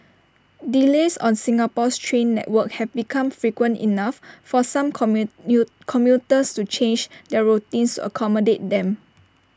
delays on Singapore's train network have become frequent enough for some commuters to change their routines to accommodate them